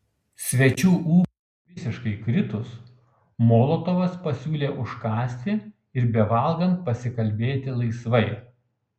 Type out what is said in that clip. svečių ūpui visiškai kritus molotovas pasiūlė užkąsti ir bevalgant pasikalbėti laisvai